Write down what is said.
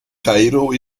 kairo